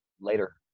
later